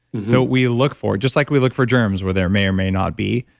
so we look for, just like we look for germs where there may or may not be,